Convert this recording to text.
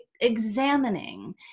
examining